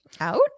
out